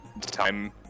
time